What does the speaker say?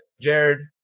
jared